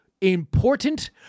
important